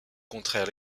contraire